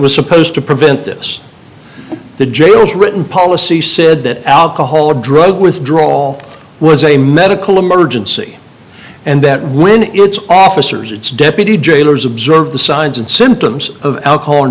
was supposed to prevent this the jails written policy said that alcohol or drug withdrawal was a medical emergency and that when its officers its deputy jailers observe the signs and symptoms of alcohol